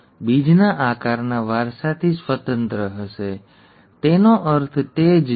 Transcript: તેથી બીજનો રંગ બીજના આકારથી સ્વતંત્ર હશે બીજના રંગનો વારસો બીજના આકારના વારસાથી સ્વતંત્ર હશે તેનો અર્થ તે જ છે